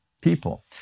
people